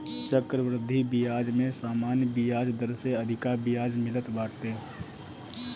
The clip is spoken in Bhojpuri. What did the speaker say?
चक्रवृद्धि बियाज में सामान्य बियाज दर से अधिका बियाज मिलत बाटे